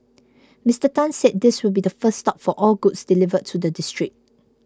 Mister Tan said this will be the first stop for all goods delivered to the district